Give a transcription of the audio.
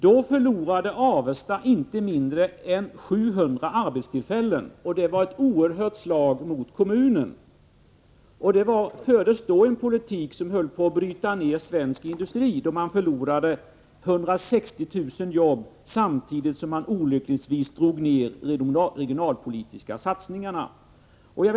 Då förlorade Avesta inte mindre än 700 arbetstillfällen, och det var ett oerhört slag mot kommunen. Det fördes då en politik som höll på att bryta ned svensk industri, då man förlorade 160 000 jobb samtidigt som olyckligtvis de regionalpolitiska satsningarna drogs ned.